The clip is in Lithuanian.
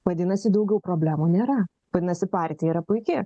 vadinasi daugiau problemų nėra vadinasi partija yra puiki